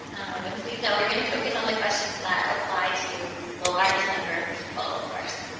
and please know we're going to focus on the questions that apply to the largest number of people, of course.